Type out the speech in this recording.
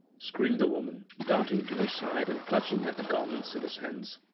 screamed the woman, dart ing to his side and clutching at the garments in his hands.